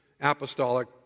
apostolic